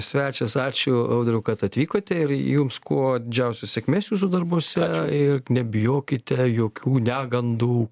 svečias ačiū audriau kad atvykote ir jums kuo didžiausios sėkmės jūsų darbuose ir nebijokite jokių negandų